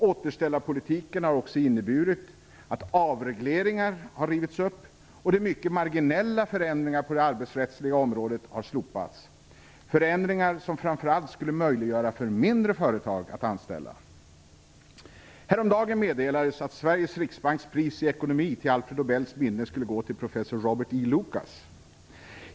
Återställarpolitiken har också inneburit att avregleringar har rivits upp, och de mycket marginella förändringarna på det arbetsrättsliga området har slopats, förändringar som framför allt skulle möjliggöra för mindre företag att anställa. Häromdagen meddelades att Sveriges riksbanks pris i ekonomi till Alfred Nobels minne skulle gå till professor Robert E. Lucas.